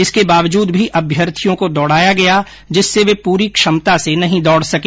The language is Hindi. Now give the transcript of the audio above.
इसके बावजूद भी अभ्यर्थियों को दौडाया गया जिससे वे पूरी क्षमता से नहीं दौड़ सके